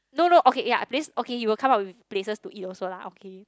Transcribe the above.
no no okay ya place okay he will come up with places to eat also lah okay